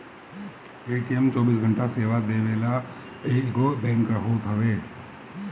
ATM चौबीसों घंटा सेवा देवे वाला एगो बैंक होत हवे